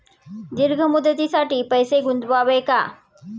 दीर्घ मुदतीसाठी पैसे गुंतवावे का?